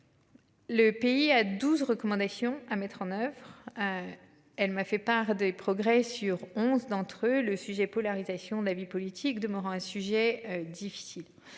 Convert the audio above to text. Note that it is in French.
Le pays a 12 recommandations à mettre en oeuvre. Elle m'a fait part des progrès sur 11 d'entre eux le sujet polarisation de la vie politique de Morand un sujet difficile.